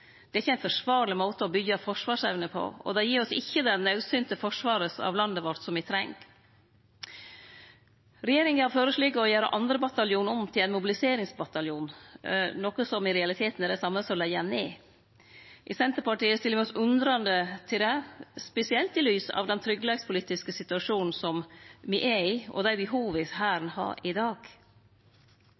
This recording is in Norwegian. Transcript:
Det er ikkje ein forsvarleg måte å byggje forsvarsevne på, og det gir oss ikkje det naudsynte forsvaret av landet vårt som me treng. Regjeringa har føreslått å gjere 2. bataljonen om til ein mobiliseringsbataljon, noko som i realiteten er det same som å leggje han ned. I Senterpartiet stiller vi oss undrande til det, spesielt i lys av den tryggleikspolitiske situasjonen me er i, og dei behova Hæren har i dag.